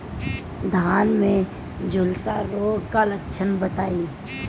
धान में झुलसा रोग क लक्षण बताई?